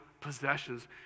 possessions